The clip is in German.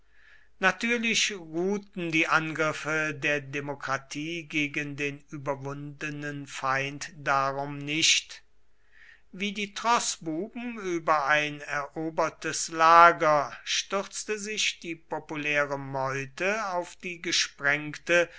natürlich ruhten die angriffe der demokratie gegen den überwundenen feind darum nicht wie die troßbuben über ein erobertes lager stürzte sich die populäre meute auf die gesprengte